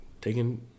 taking